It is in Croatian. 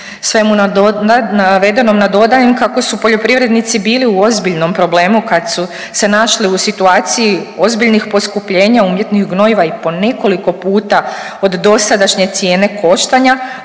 Sve navedenom nadodajem kako su poljoprivrednici bili u ozbiljnom problemu kad su se našli u situaciji ozbiljnih poskupljenja umjetnih gnojiva i po nekoliko puta od dosadašnje cijene koštanja,